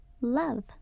Love